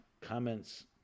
comments